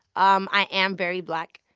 um i am very black.